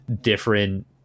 different